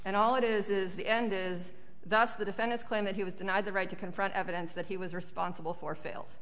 and all it is is the end is that's the defendant's claim that he was denied the right to confront evidence that he was responsible for fail